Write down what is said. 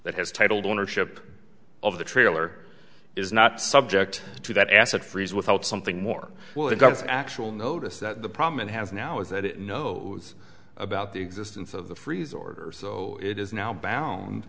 that has titled ownership of the trailer is not subject to that asset freeze without something more well it does actually notice that the problem and has now is that it knows about the existence of the freeze order so it is now bound